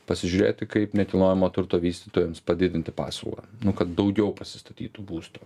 pasižiūrėti kaip nekilnojamo turto vystytojams padidinti pasiūlą nu kad daugiau pasistatytų būstų